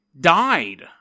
died